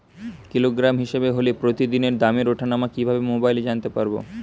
Kilogram হিসাবে হলে প্রতিদিনের দামের ওঠানামা কিভাবে মোবাইলে জানতে পারবো?